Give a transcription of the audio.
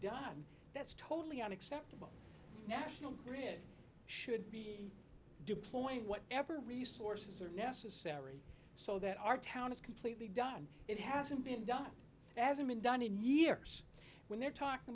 done that's totally unacceptable national grid should be deployed whatever resources are necessary so that our town is completely done it hasn't been done as i'm in done in years when they're talking